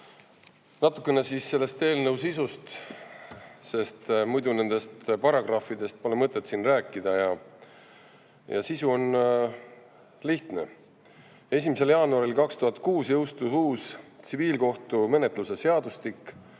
Natukene eelnõu sisust, sest muidu nendest paragrahvidest pole mõtet siin rääkida. Ja sisu on lihtne. 1. jaanuaril 2006 jõustus uus tsiviilkohtumenetluse seadustik,